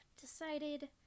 decided